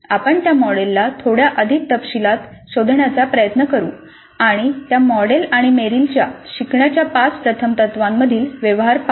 आपण त्या मॉडेलला थोड्या अधिक तपशीलात शोधण्याचा प्रयत्न करू आणि त्या मॉडेल आणि मेरिलच्या शिकण्याच्या पाच प्रथम तत्त्वांमधील व्यवहार पाहू